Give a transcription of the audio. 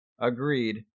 Agreed